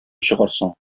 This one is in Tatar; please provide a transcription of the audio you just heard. чыгарсың